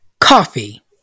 Coffee